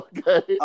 Okay